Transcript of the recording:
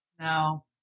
No